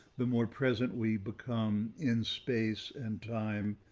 the more present we become in space and time,